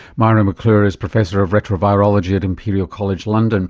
myra mcclure is professor of retrovirology at imperial college london.